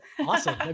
Awesome